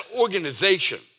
organization